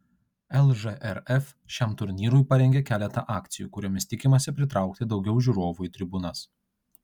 lžrf šiam turnyrui parengė keletą akcijų kuriomis tikimasi pritraukti daugiau žiūrovų į tribūnas